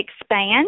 expand